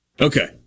Okay